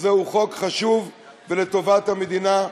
שזה חוק חשוב ולטובת המדינה,